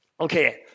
Okay